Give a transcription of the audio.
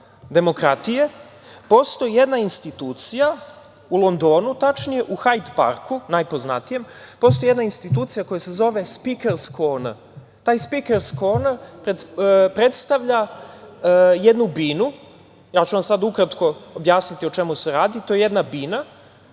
demokratije, postoji jedna institucija, u Londonu tačnije, u Hajd parku, najpoznatijem, koja se zove „Speaker’s Corner“. Taj „Speaker’s Corner“ predstavlja jednu binu, a ja ću vam sada ukratko objasniti o čemu se radi. To je jedna bina